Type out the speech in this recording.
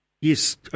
Yes